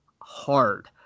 hard